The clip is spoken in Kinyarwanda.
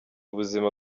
ubuzima